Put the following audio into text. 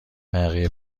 بقیه